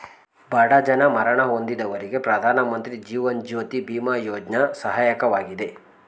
ಬಡ ಜನ ಮರಣ ಹೊಂದಿದವರಿಗೆ ಪ್ರಧಾನಮಂತ್ರಿ ಜೀವನ್ ಜ್ಯೋತಿ ಬಿಮಾ ಯೋಜ್ನ ಸಹಾಯಕವಾಗಿದೆ